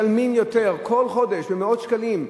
משלמים יותר כל חודש במאות שקלים.